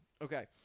Okay